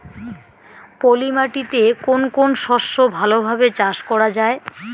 পলি মাটিতে কোন কোন শস্য ভালোভাবে চাষ করা য়ায়?